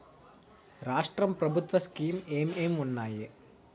రాష్ట్రం ప్రభుత్వ స్కీమ్స్ ఎం ఎం ఉన్నాయి?